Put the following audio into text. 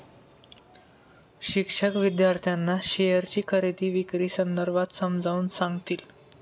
शिक्षक विद्यार्थ्यांना शेअरची खरेदी विक्री संदर्भात समजावून सांगतील